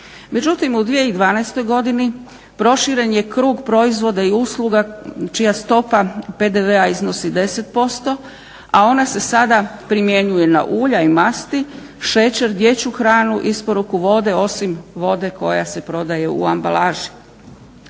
Međutim, u 2012. godini proširen je krug proizvoda i usluga čija stopa PDV-a iznosi 10%, a ona se sada primjenjuje na ulja i masti, šećer, dječju hranu, isporuku vode, osim vode koja se prodaje u ambalaži,